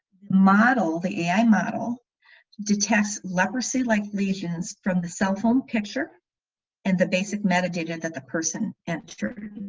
model the ai model detests leprosy like lesions from the cell phone picture and the basic metadata that the person entered. if